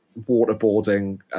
waterboarding